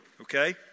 okay